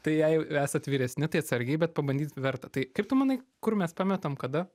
tai jei esat vyresni tai atsargiai bet pabandyt verta tai kaip tu manai kur mes pametam kada